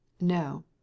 No